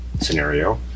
scenario